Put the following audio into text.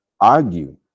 argue